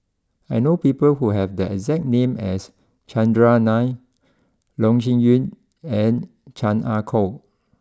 I know people who have the exact name as Chandran Nair Loh Sin Yun and Chan Ah Kow